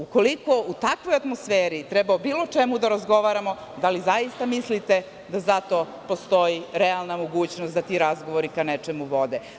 Ukoliko u takvoj atmosferi treba o bilo čemu da razgovaramo, da li zaista mislite da za to postoji realna mogućnost da ti razgovori ka nečemu vode?